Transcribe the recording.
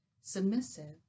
submissive